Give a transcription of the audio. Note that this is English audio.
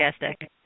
fantastic